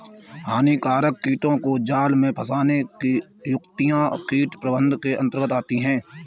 हानिकारक कीटों को जाल में फंसने की युक्तियां कीट प्रबंधन के अंतर्गत आती है